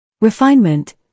Refinement